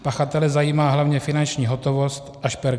Pachatele zajímá hlavně finanční hotovost a šperky.